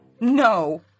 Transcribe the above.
No